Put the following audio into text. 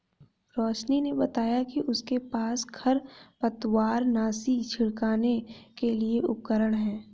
रोशिनी ने बताया कि उसके पास खरपतवारनाशी छिड़कने के लिए उपकरण है